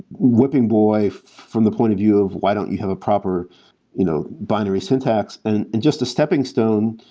whipping boy from the point of view of, why don't you have a proper you know binary syntax? and and just a stepping stone,